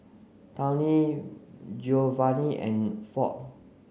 Tawny Giovanni and Ford